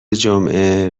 جمعه